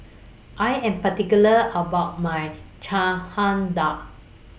I Am particular about My Dal